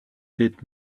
did